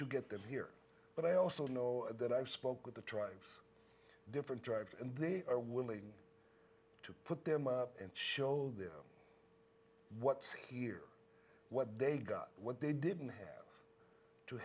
to get them here but i also know that i spoke with the tribes different drives and they are willing to put them up and show them what's here what they got what they didn't have to